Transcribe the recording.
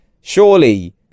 surely